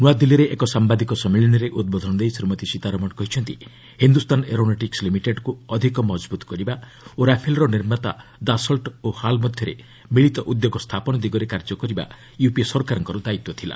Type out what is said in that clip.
ନୂଆଦିଲ୍ଲୀରେ ଏକ ସାମ୍ଭାଦିକ ସମ୍ମିଳନୀରେ ଉଦ୍ବୋଧନ ଦେଇ ଶ୍ରୀମତୀ ସୀତାରମଣ କହିଛନ୍ତି ହିନ୍ଦୁସ୍ଥାନ ଏରୋନେଟିକ୍ସ ଲିମିଟେଡ୍କୁ ଅଧିକ ମଜଭ୍ରତ କରିବା ଓ ରାଫେଲ୍ର ନିର୍ମାତା ଦାସଲ୍ ଓ ହାଲ୍ ମଧ୍ୟରେ ମିଳିତ ଉଦ୍ୟୋଗ ସ୍ଥାପନ ଦିଗରେ କାର୍ଯ୍ୟ କରିବା ୟୁପିଏ ସରକାରଙ୍କର ଦାୟିତ୍ୱ ଥିଲା